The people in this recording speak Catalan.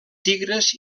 tigres